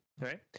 right